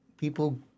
People